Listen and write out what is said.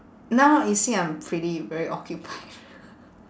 now you see I'm pretty very occupied